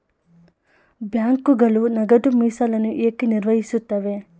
ಬ್ಯಾಂಕುಗಳು ನಗದು ಮೀಸಲನ್ನು ಏಕೆ ನಿರ್ವಹಿಸುತ್ತವೆ?